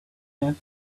have